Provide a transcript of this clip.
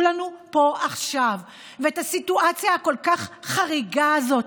לנו פה עכשיו ואת הסיטואציה הכל-כך חריגה הזאת,